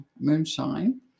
moonshine